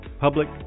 public